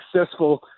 successful